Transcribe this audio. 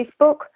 Facebook